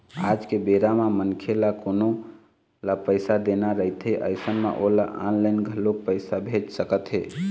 आज के बेरा म मनखे ल कोनो ल पइसा देना रहिथे अइसन म ओला ऑनलाइन घलोक पइसा भेज सकत हे